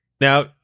Now